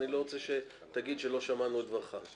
בטח לא רוצה שתגיד שלא שמענו את דברך.